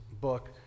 book